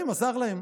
אלוהים עזר להם.